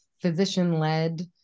physician-led